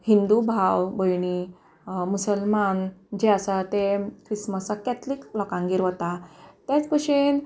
हिंदू भाव भयणी मुसलमान जे आसा ते ख्रिसमसाक कॅथलीक लोकांगेर वता तेच भशेन